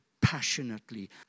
passionately